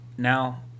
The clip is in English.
Now